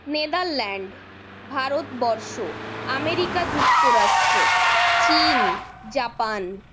Netherland Bharatvarsh America যুক্তরাষ্ট্র চিন Japan